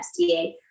SDA